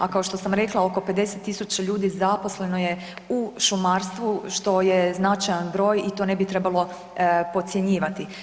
A kao što sam rekla oko 50 tisuća ljudi zaposleno je u šumarstvu što je značajan broj i to ne bi trebalo podcjenjivati.